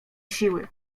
siły